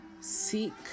seek